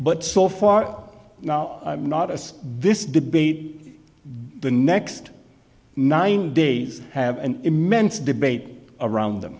but so far now i'm not as this debate the next nine days have an immense debate around them